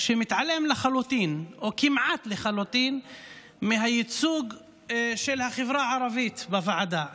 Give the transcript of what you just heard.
מתעלמים לחלוטין או כמעט לחלוטין מהייצוג של החברה הערבית בוועדה.